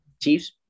Chiefs